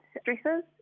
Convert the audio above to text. stresses